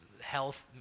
health